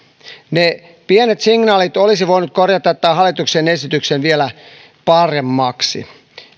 ne pienet signaalit olisivat voineet korjata tämän hallituksen esityksen vielä paremmaksi